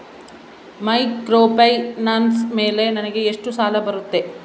Microfinance ಮೇಲೆ ನನಗೆ ಎಷ್ಟು ಸಾಲ ಬರುತ್ತೆ?